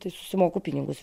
tai susimoku pinigus